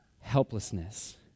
helplessness